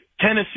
Tennessee